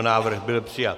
Návrh byl přijat.